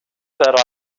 that